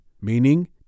meaning